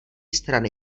strany